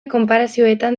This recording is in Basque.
konparazioetan